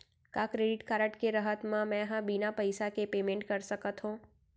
का credit card के रहत म, मैं ह बिना पइसा के पेमेंट कर सकत हो?